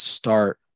start